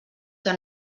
que